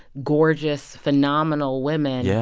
gorgeous, phenomenal women yeah